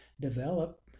develop